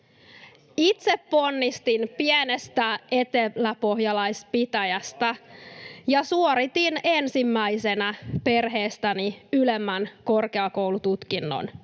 Itse ponnistin pienestä eteläpohjalaispitäjästä ja suoritin ensimmäisenä perheestäni ylemmän korkeakoulututkinnon.